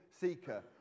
seeker